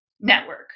network